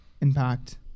impact